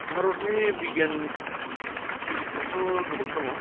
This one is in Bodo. भारतनि बिगियान गिरिफोराथ' गोबां दङ